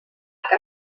què